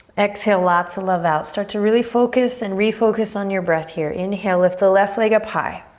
exhale lots of love out. start to really focus and refocus on your breath here. inhale, lift the left leg up high.